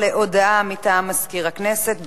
להודעה מטעם מזכיר הכנסת.